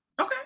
Okay